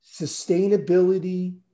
Sustainability